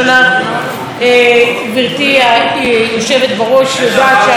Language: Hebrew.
גברתי היושבת בראש יודעת שאני יו"ר